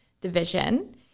division